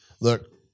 look